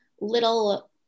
little